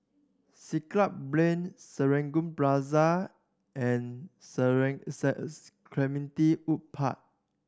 Siglap Plain Serangoon Plaza and Clementi Wood Park